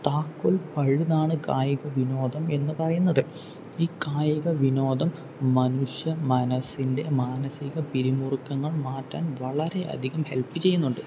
താക്കോൽ പഴുതാണ് കായിക വിനോദം എന്ന് പറയുന്നത് ഈ കായിക വിനോദം മനുഷ്യ മനസ്സിൻ്റെ മാനസിക പിരിമുറുക്കങ്ങൾ മാറ്റാൻ വളരെയധികം ഹെൽപ്പ് ചെയ്യുന്നുണ്ട്